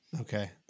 okay